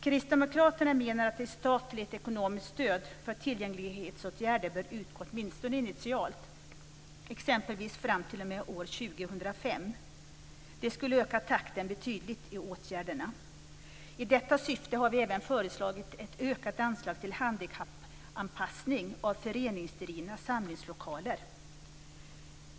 Kristdemokraterna menar att ett statligt, ekonomiskt stöd för tillgänglighetsåtgärder bör utgå åtminstone initialt, t.ex. fram till år 2005. Det skulle öka takten betydligt i åtgärderna. I detta syfte har vi även föreslagit ett ökat anslag till handikappanpassning av föreningsdrivna samlingslokaler.